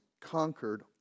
conquered